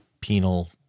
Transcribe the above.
penal